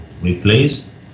replaced